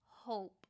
hope